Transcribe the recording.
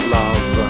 love